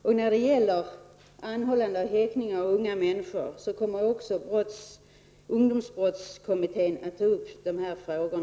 Ungdomsbrottskommittèn kommer att ta upp frågorna om anhållande och häktning av unga människor.